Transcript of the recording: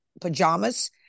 pajamas